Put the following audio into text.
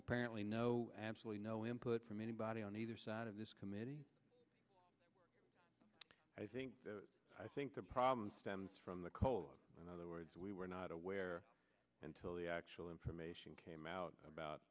apparently no absolutely no input from anybody on either side of this committee i think i think the problem stems from the co op in other words we were not aware until the actual information came out about